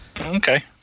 okay